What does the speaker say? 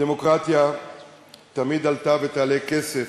דמוקרטיה תמיד עלתה ותעלה כסף,